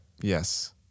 Yes